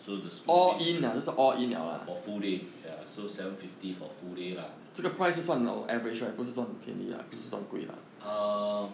so the school fees for full day ya so seven fifty for full day lah err